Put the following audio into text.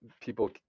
people